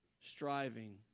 Striving